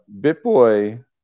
Bitboy